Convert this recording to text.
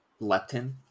leptin